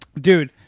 Dude